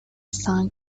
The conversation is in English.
sound